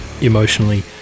emotionally